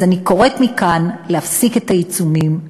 אז אני קוראת מכאן להפסיק את העיצומים,